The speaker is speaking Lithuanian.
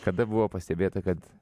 kada buvo pastebėta kad